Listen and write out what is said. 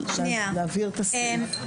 להבהיר את הסעיף.